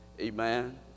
amen